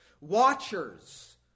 Watchers